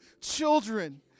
children